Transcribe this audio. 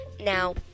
Now